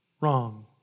wrong